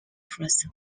first